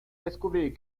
descubrir